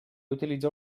utilitza